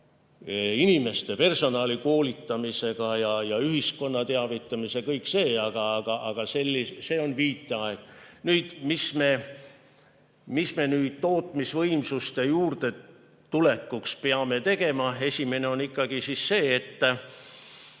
inimeste, personali koolitamisega ja ühiskonna teavitamisega. Kõik see aga on viitajaga. Nüüd, mis me nüüd tootmisvõimsuste juurdetulekuks peame tegema? Esimene on ikkagi see, et